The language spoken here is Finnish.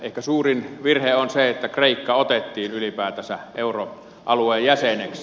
ehkä suurin virhe on se että kreikka otettiin ylipäätänsä euroalueen jäseneksi